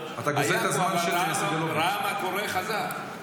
אבל הוא ראה מה קורה וחזר.